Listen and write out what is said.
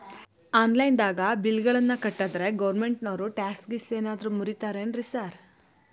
Online ದಾಗ bill ಗಳನ್ನಾ ಕಟ್ಟದ್ರೆ ಗೋರ್ಮೆಂಟಿನೋರ್ ಟ್ಯಾಕ್ಸ್ ಗೇಸ್ ಮುರೇತಾರೆನ್ರಿ ಸಾರ್?